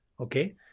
Okay